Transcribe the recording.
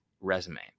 resume